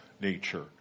nature